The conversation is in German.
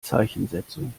zeichensetzung